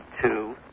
two